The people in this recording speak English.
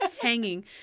hanging